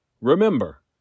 Remember